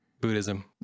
Buddhism